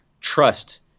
trust